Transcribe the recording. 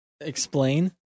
Explain